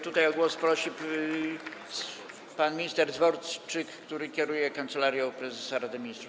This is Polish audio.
Tutaj o głos prosi pan minister Dworczyk, który kieruje Kancelarią Prezesa Rady Ministrów.